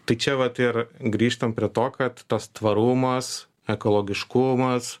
tai čia vat ir grįžtam prie to kad tas tvarumas ekologiškumas